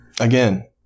Again